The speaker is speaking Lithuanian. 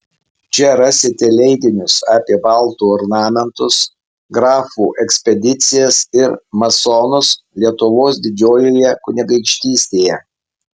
čia rasite leidinius apie baltų ornamentus grafų ekspedicijas ir masonus lietuvos didžiojoje kunigaikštystėje